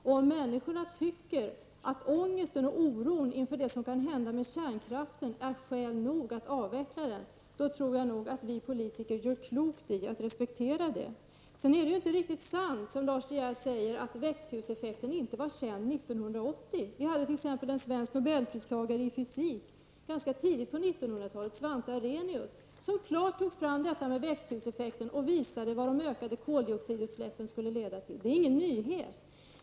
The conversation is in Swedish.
Och om människorna tycker att ångesten och oron inför det som kan hända med kärnkraften är skäl nog att avveckla den, då tror jag nog att vi politiker gör klokt i att respektera det. Sedan är det inte riktigt som Lars De Geer säger, nämligen att växthuseffekten inte var känd 1980. Vi hade t.ex. en svensk nobelpristagare i fysik ganska tidigt på 1900-talet, Svante Arenius, som klart tog fram detta med växthuseffekten och visade vad de ökade koldioxidutsläppen skulle leda till. Det är ingen nyhet.